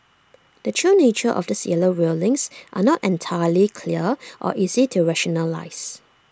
the true nature of these yellow railings are not entirely clear or easy to rationalise